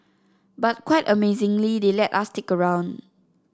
but quite amazingly they let us stick around